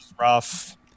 rough